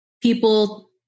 People